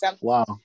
Wow